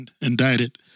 indicted